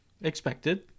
expected